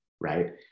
Right